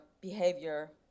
behavior